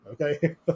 Okay